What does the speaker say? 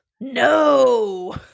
No